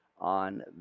on